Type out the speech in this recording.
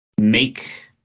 make